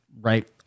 right